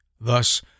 Thus